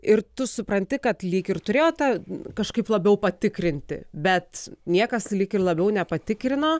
ir tu supranti kad lyg ir turėjo ta kažkaip labiau patikrinti bet niekas lyg ir labiau nepatikrino